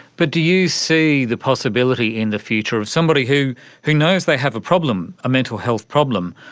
but do you see the possibility in the future of somebody who who knows they have a problem, a mental health problem,